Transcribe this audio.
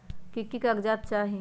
की की कागज़ात चाही?